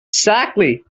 exactly